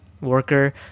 worker